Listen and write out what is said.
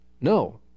no